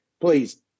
please